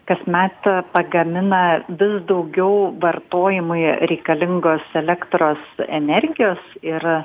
kasmet pagamina vis daugiau vartojimui reikalingos elektros energijos ir